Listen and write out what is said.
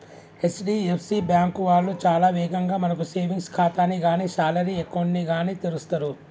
HDFC bank వాళ్ళు చాలా వేగంగా మనకు సేవింగ్స్ ఖాతాని గానీ శాలరీ అకౌంట్ ని గానీ తెరుస్తరు